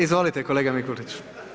Izvolite kolega Mikulić.